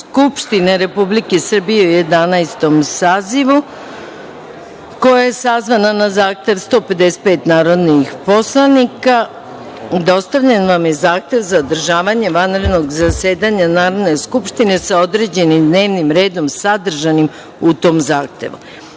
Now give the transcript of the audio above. skupštine Republike Srbije u Jedanaestom sazivu, koja je sazvana na zahtev 155 narodnih poslanika, dostavljen vam je zahtev za održavanje vanrednog zasedanja Narodne skupštine sa određenim dnevnim redom sadržanim u tom zahtevu.Za